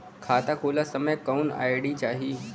खाता खोलत समय कौन आई.डी चाही?